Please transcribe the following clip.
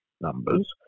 numbers